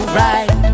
right